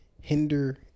hinder